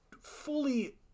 fully